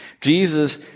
Jesus